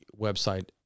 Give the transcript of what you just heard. website